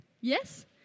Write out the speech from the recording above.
Yes